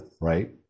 right